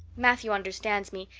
matthew understands me,